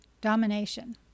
domination